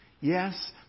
Yes